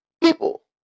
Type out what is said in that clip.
people